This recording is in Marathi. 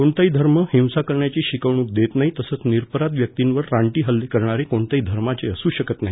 कोणताही धर्म हिंसा करण्याची शिकवणूक देत नाही तसंच निरपराध व्यक्तींवर रानदी हत्ते करणारे कोणत्याही धर्माचे असू शकत नाही